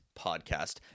podcast